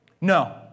No